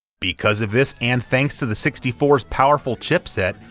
because of this, and thanks to the sixty four s powerful chipset,